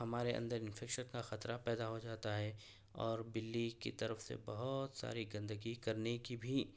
ہمارے اندر انفیکشن کا خطرہ پیدا ہو جاتا ہے اور بلی کی طرف سے بہت ساری گندگی کرنے کی بھی